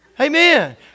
Amen